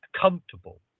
comfortable